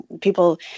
people